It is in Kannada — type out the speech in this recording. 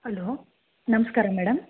ಹಲೋ ನಮಸ್ಕಾರ ಮೇಡಮ್